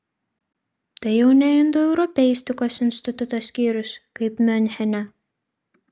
tai jau ne indoeuropeistikos instituto skyrius kaip miunchene